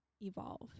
evolve